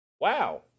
Wow